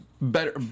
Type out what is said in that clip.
Better